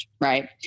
Right